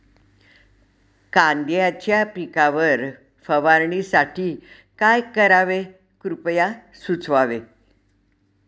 कांद्यांच्या पिकावर फवारणीसाठी काय करावे कृपया सुचवावे